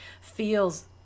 feels